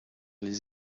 les